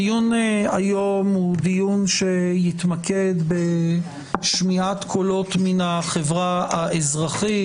הדיון היום הוא דיון שיתמקד בשמיעת קולות מן החברה האזרחית,